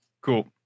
Cool